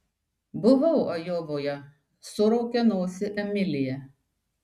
buvau ajovoje suraukė nosį emilija